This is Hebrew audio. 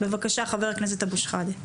בבקשה, חבר הכנסת אבו שחאדה.